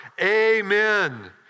Amen